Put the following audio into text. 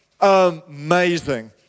Amazing